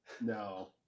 no